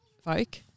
folk